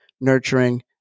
nurturing